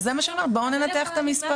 אז זה מה שאני אומרת, בואו ננתח את המספרים.